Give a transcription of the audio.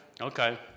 Okay